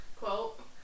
quote